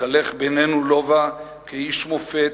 התהלך בינינו לובה כאיש מופת,